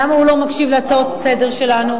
למה הוא לא מקשיב להצעות שלנו לסדר-היום?